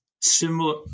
Similar